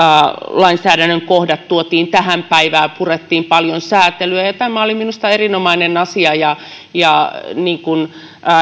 lainsäädännön kohdat tuotiin tähän päivään ja purettiin paljon säätelyä ja ja se oli minusta erinomainen asia ja ja niin kuin